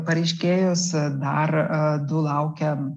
pareiškėjus dar du laukia